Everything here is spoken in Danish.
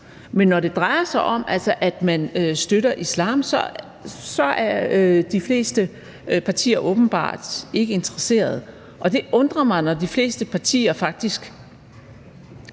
Men når det drejer sig om, at man støtter islam, så er de fleste partier åbenbart ikke interesserede, og det undrer mig, når de fleste partier faktisk